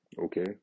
Okay